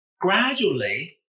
gradually